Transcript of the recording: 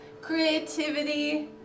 creativity